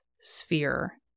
sphere